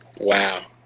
Wow